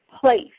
place